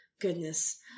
Goodness